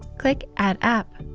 click add app.